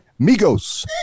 Migos